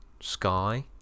Sky